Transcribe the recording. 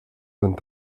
sind